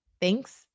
Thanks